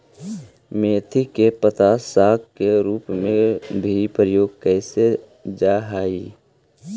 मेथी के पत्ता साग के रूप में भी प्रयोग कैल जा हइ